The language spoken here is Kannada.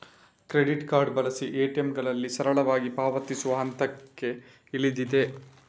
ಕ್ರೆಡಿಟ್ ಕಾರ್ಡ್ ಬಳಸಿ ಎ.ಟಿ.ಎಂಗಳಿಗೆ ಸರಳವಾಗಿ ಪಾವತಿಸುವ ಹಂತಕ್ಕೆ ಇಳಿದಿದೆ